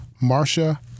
Marcia